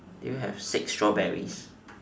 do you have six strawberries